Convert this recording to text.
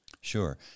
Sure